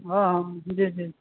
ہاں ہاں جی جی